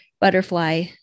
butterfly